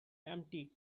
empty